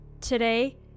Today